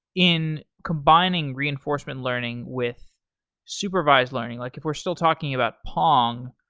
in combining reinforcement learning with supervised learning, like if we're still talking about pong,